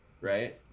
Right